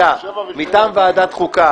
מטעם ועדת חוקה